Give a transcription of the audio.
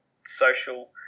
social